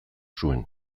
zuen